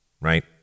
right